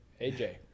AJ